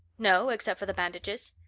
no, except for the bandages.